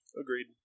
Agreed